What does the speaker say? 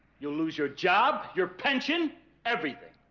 you'll lose your job your pension everything